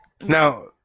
Now